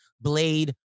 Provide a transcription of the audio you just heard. Blade